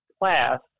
class